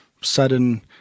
sudden